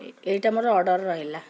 ଏଇଟା ମୋର ଅର୍ଡ଼ର ରହିଲା